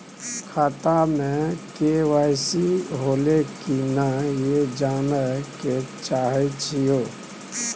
खाता में के.वाई.सी होलै की नय से जानय के चाहेछि यो?